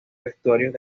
vestuarios